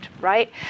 right